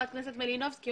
חברת הכנסת מלינובסקי,